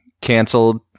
canceled